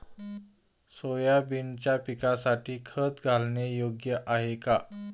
सोयाबीनच्या पिकासाठी खत घालणे योग्य आहे का?